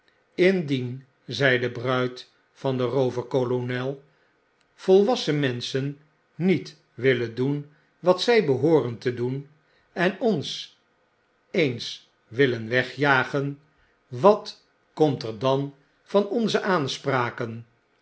indien zei de bruid van den rooverkolonel volwassen menschen niet willen doen wat zy behooren te doen enonseens willen wegjagen wat komt er dan van onze aanspraken